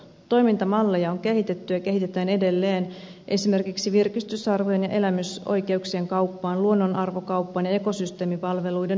toimintamalleja on kehitetty ja kehitetään edelleen esimerkiksi virkistysarvojen ja elämysoikeuksien kauppaan luonnonarvokauppaan ja ekosysteemipalveluiden ylläpitoon